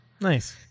Nice